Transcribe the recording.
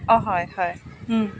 অঁ হয় হয়